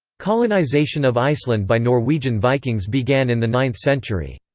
colonization of iceland by norwegian vikings began in the ninth century.